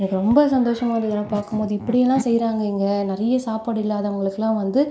எனக்கு ரொம்ப சந்தோஷமாக இருந்தது எனக்கு பார்க்கும்போது இப்படியெல்லாம் செய்கிறாங்க இங்கே நிறைய சாப்பாடு இல்லாதவர்களுக்குலாம் வந்து